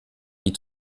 die